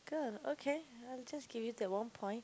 good okay I'll just give you that one point